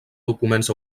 documents